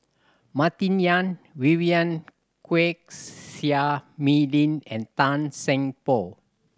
Martin Yan Vivien Quahe Seah Mei Lin and Tan Seng Poh